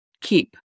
keep